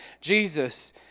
Jesus